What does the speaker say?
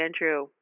Andrew